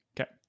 Okay